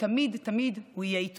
ושתמיד תמיד הוא יהיה איתו.